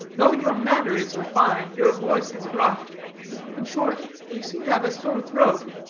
though your manner is refined your voice is rough in short, you seem to have a sore throat.